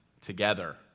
together